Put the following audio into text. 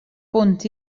punt